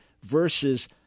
versus